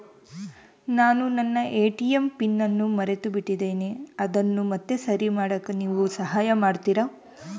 ನಾನು ನನ್ನ ATM pin ಅನ್ನು ಮರೆತುಬಿಟ್ಟೇನಿ ಅದನ್ನು ಮತ್ತೆ ಸರಿ ಮಾಡಾಕ ನೇವು ಸಹಾಯ ಮಾಡ್ತಿರಾ?